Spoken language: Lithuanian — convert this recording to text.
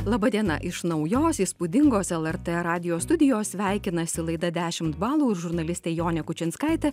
laba diena iš naujos įspūdingos lrt radijo studijos sveikinasi laida dešimt balų ir žurnalistė jonė kučinskaitė